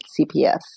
CPS